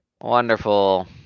Wonderful